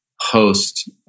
host